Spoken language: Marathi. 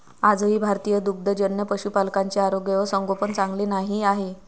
आजही भारतीय दुग्धजन्य पशुपालकांचे आरोग्य व संगोपन चांगले नाही आहे